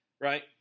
right